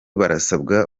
barasabwa